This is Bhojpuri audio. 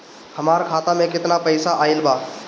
हमार खाता मे केतना पईसा आइल बा?